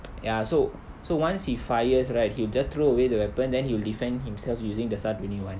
ya so so once he fires right he just throw away the weapon then he will defend himself using the S_A_R twenty one